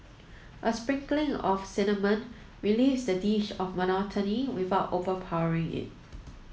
a sprinkling of cinnamon relieves the dish of monotony without overpowering it